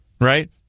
Right